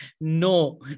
no